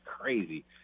crazy